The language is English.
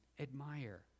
admire